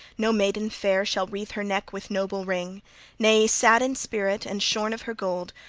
no maiden fair shall wreathe her neck with noble ring nay, sad in spirit and shorn of her gold,